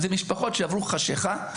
זה משפחות שעברו חשיכה,